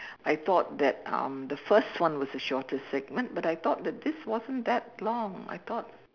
I thought that um the first one was the shortest segment but I thought that this wasn't that long I thought